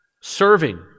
serving